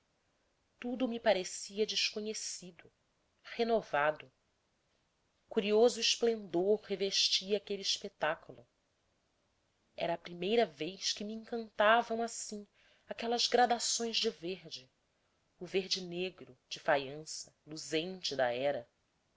tudo me parecia desconhecido renovado curioso esplendor revestia aquele espetáculo era a primeira vez que me encantavam assim aquelas gradações de verde o verde negro de faiança luzente da hera